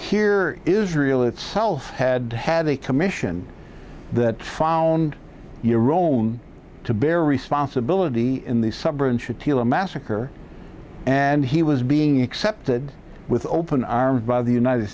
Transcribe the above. here israel itself had had a commission that found your own to bear responsibility in the subbranch attilla massacre and he was being accepted with open arms by the united